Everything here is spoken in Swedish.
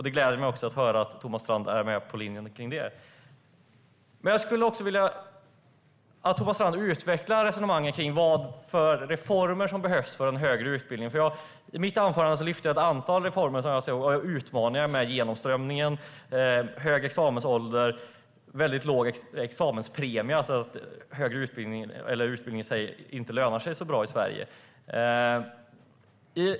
Det gläder mig att höra att Thomas Strand är med på den linjen. Jag skulle vilja att Thomas Strand utvecklar resonemanget kring vilka reformer som behövs för en högre utbildning. I mitt anförande lyfte jag fram ett antal reformer och utmaningar när det gäller genomströmningen, hög examensålder och väldigt låg examenspremie, det vill säga att utbildning i sig inte lönar sig så bra i Sverige.